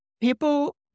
People